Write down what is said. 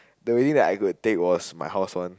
the way that I could take was my house one